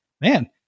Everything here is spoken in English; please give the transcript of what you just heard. man